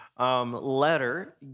Letter